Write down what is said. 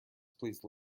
please